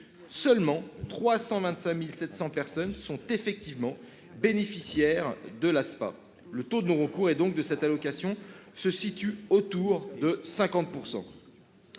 seulement 325 700 d'entre elles sont effectivement bénéficiaires de l'Aspa. Le taux de non-recours de cette allocation se situe autour de 50 %.